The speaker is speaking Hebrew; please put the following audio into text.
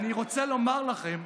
אני רוצה לומר לכם,